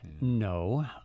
No